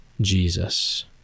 Jesus